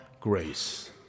grace